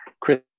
Chris